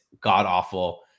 god-awful